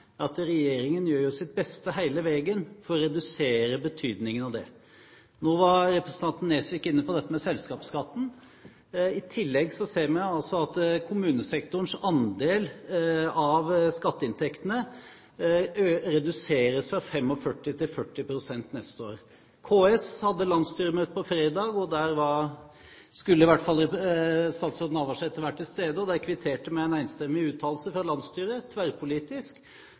at regjeringen hele veien gjør sitt beste for å redusere betydningen av det. Nå var representanten Nesvik inne på dette med selskapsskatten. I tillegg ser vi altså at kommunesektorens andel av skatteinntektene reduseres fra 45 pst. til 40 pst. neste år. KS hadde landsstyremøte på fredag, og der skulle i hvert fall statsråd Navarsete være til stede. Der kvitterte man med en enstemmig uttalelse fra landsstyret, tverrpolitisk,